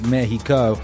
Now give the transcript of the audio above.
Mexico